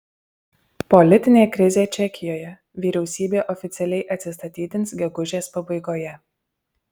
politinė krizė čekijoje vyriausybė oficialiai atsistatydins gegužės pabaigoje